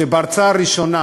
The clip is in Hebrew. שבהרצאה הראשונה,